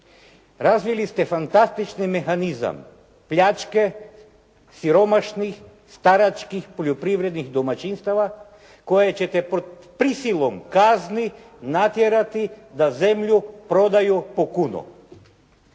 Razvili ste fantastični mehanizam pljačke, siromašnih, staračkih poljoprivrednih domaćinstava koja ćete pod prisilom kazni natjerati da zemlju prodaju po kunu.